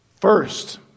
First